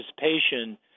participation